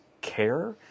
care